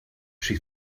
she